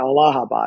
Allahabad